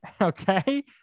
Okay